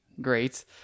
great